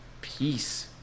Peace